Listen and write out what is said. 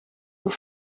aux